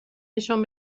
نشان